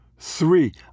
Three